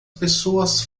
pessoas